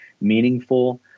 meaningful